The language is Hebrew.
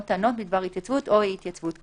טענות בדבר התייצבות או אי-התייצבות כאמור.